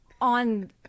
On